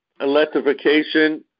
electrification